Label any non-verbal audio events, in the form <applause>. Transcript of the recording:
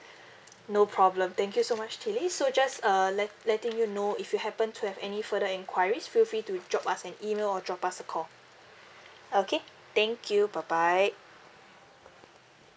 <breath> no problem thank you so much so just uh let letting you know if you happen to have any further enquiries feel free to drop us an email or drop us a call okay thank you bye bye